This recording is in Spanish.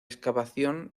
excavación